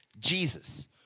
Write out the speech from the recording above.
Jesus